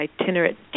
itinerant